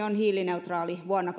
on hiilineutraali vuonna